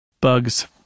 bugs